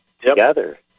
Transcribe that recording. together